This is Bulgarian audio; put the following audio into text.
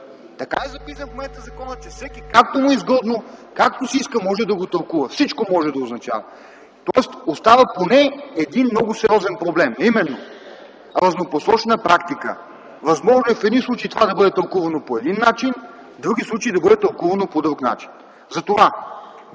Така е записан в момента закона, че всеки, както му е изгодно и както си иска, може да го тълкува. Всичко може да означава. Тоест остава поне един много сериозен проблем, а именно разнопосочна практика – възможно е в едни случаи това да бъде тълкувано по един начин, в други случаи да бъде тълкувано по друг начин.